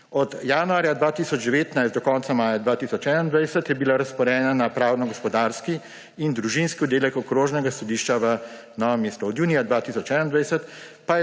Od januarja 2019 do konca maja 2021 je bila razporejena na Pravno gospodarski in Družinski oddelek Okrožnega sodišča v Novem mestu. Od junija 2021